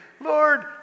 Lord